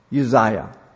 Uzziah